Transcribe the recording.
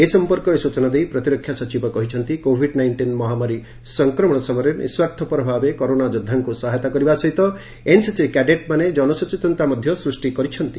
ଏ ସମ୍ପର୍କରେ ସୂଚନା ଦେଇ ପ୍ରତିରକ୍ଷା ସଚିବ କହିଛନ୍ତି କୋବିଡ୍ ନାଇଷ୍ଟିନ୍ ମହାମାରୀ ସଂକ୍ରମଣ ସମୟରେ ନିଃସ୍ୱାର୍ଥପର ଭାବେ କରୋନା ଯୋଦ୍ଧାଙ୍କୁ ସହାୟତା କରିବା ସହିତ ଏନ୍ସିସି କ୍ୟାଡେଟ୍ମାନେ ଜନସଚେତନତା ମଧ୍ୟ ସୃଷ୍ଟି କରିଛନ୍ତି